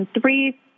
three